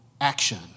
action